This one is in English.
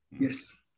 yes